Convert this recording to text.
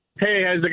Hey